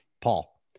Paul